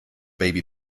baby